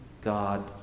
God